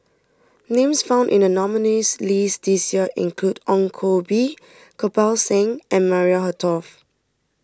names found in the nominees' list this year include Ong Koh Bee Kirpal Singh and Maria Hertogh